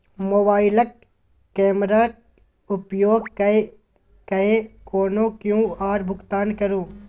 मोबाइलक कैमराक उपयोग कय कए कोनो क्यु.आर भुगतान करू